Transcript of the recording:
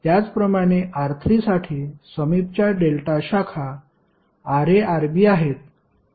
त्याचप्रमाणे R3 साठी समीपच्या डेल्टा शाखा Ra Rb आहेत